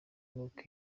n’uko